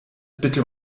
bitte